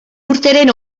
urteren